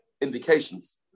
indications